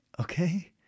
okay